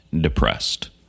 depressed